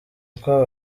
uko